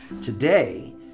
today